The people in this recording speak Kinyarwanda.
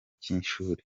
by’ishuri